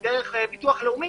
דרך ביטוח לאומי.